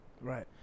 Right